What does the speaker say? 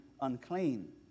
unclean